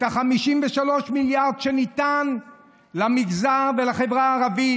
את ה-53 מיליארד שניתנו למגזר ולחברה הערבית